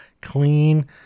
clean